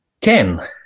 Ken